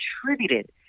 contributed